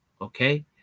okay